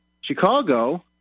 Chicago